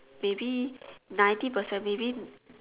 maybe ninety percent maybe